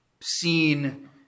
seen